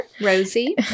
Rosie